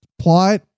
plot